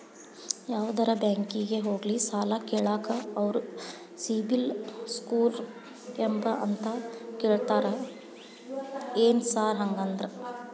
ಯಾವದರಾ ಬ್ಯಾಂಕಿಗೆ ಹೋಗ್ಲಿ ಸಾಲ ಕೇಳಾಕ ಅವ್ರ್ ಸಿಬಿಲ್ ಸ್ಕೋರ್ ಎಷ್ಟ ಅಂತಾ ಕೇಳ್ತಾರ ಏನ್ ಸಾರ್ ಹಂಗಂದ್ರ?